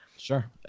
Sure